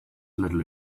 little